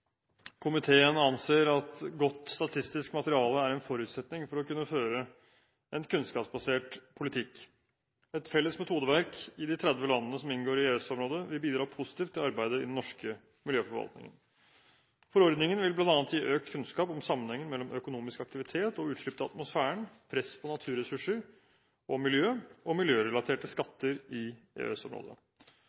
Komiteen anser at godt statistisk materiale er en forutsetning for å kunne føre kunnskapsbasert politikk. Et felles metodeverk i de 30 landene som inngår i EØS-området, vil bidra positivt til arbeidet i den norske miljøforvaltningen. Forordningen vil bl.a. gi økt kunnskap om sammenhengen mellom økonomisk aktivitet og utslipp til atmosfæren, press på naturressurser og miljø, og miljørelaterte skatter i